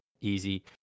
easy